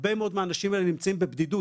הרבה מאוד מהאנשים האלה נמצאים בבדידות,